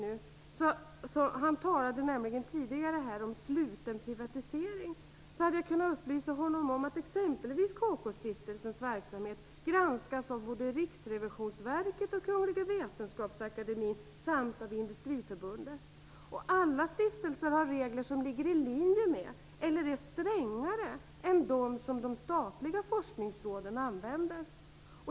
Om han hade varit kvar i salen hade jag kunnat upplysa honom om att exempelvis KK stiftelsens verksamhet granskas av både Riksrevisionsverket och Kungliga Vetenskapsakademien samt av Industriförbundet. Alla stiftelser har regler som ligger i linje med, eller är strängare, än de som de statliga forskningsråden använder.